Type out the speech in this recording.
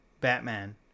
Batman